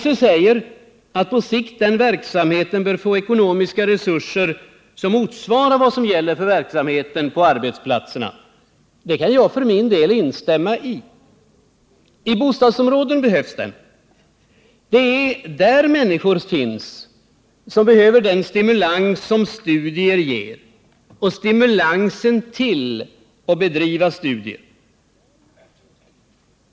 SÖ säger att verksamheten på sikt bör få ekonomiska resurser som motsvarar vad som gäller för verksamheten på arbetsplatserna. Jag kan för min del instämma i det. I bostadsområdena behövs denna verksamhet. Det är där människorna finns som behöver den stimulans som studier ger och stimulans till att bedriva studier.